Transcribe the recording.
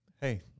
Hey